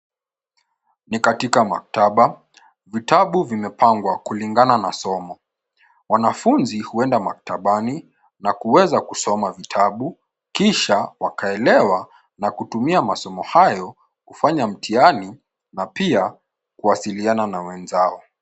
Ni katika maktaba. Vitabu vimepangwa kulingana na somo. Wanafunzi huenda maktabani na kuweza kusoma vitabu, kisha wakaelewa na kutumia masomo hayo kufanya mtihani na pia kuwasiliana na wenzao.